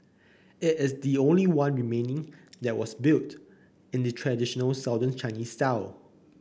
it is the only one remaining that was built in the traditional Southern Chinese style